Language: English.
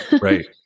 Right